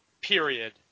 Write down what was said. period